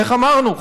איך אמרנו?